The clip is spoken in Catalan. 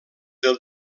del